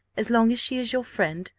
as long as she is your friend,